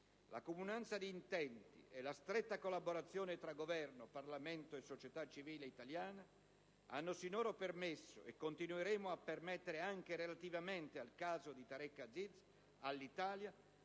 La comunanza di intenti e la stretta collaborazione tra Governo, Parlamento e società civile italiana hanno sinora permesso - e continueranno a permettere, anche relativamente al caso di Tareq Aziz - all'Italia